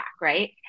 right